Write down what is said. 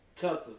Tucker